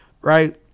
right